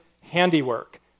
handiwork